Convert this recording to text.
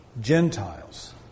Gentiles